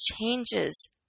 changes